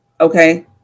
Okay